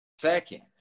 second